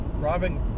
Robin